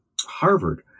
harvard